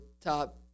top